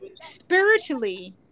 Spiritually